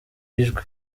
ijwi